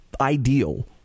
ideal